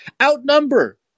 outnumber